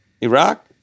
Iraq